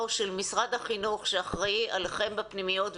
של משרד החינוך שאחראי עליכם בפנימיות,